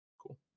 Cool